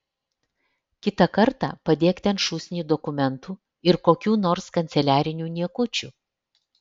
kitą kartą padėk ten šūsnį dokumentų ir kokių nors kanceliarinių niekučių